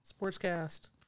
Sportscast